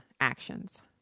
actions